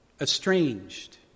estranged